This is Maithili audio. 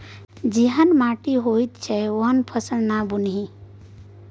जेहन माटि होइत छै ओहने फसल ना बुनबिही